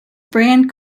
brand